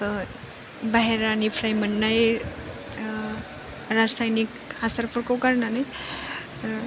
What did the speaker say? बाइहेरानिफ्राय मोननाय रासायनिक हासारफोरखौ गारनानै